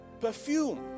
Perfume